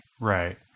right